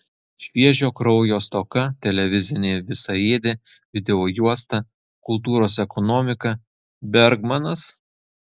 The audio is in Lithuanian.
šviežio kraujo stoka televizinė visaėdė videojuosta kultūros ekonomika bergmanas